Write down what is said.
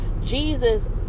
Jesus